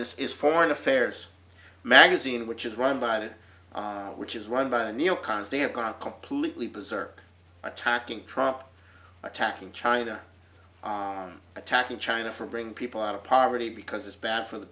this is foreign affairs magazine which is run by that which is run by the neo cons they have gone completely berserk attacking trump attacking china attacking china for bringing people out of poverty because it's bad for the